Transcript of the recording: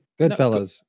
Goodfellas